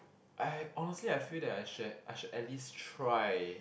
I honestly I feel that I should I should at least try